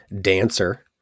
Dancer